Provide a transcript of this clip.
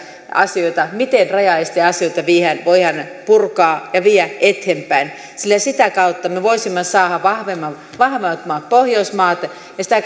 asioita miten rajaesteasioita voidaan purkaa ja viedä eteenpäin sillä sitä kautta me voisimme saada vahvemmat vahvemmat pohjoismaat ja sitä